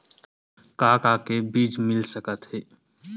का का बीज मिल सकत हे?